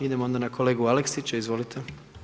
Idemo onda na kolegu Aleksića, izvolite.